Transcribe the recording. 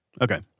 Okay